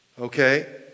okay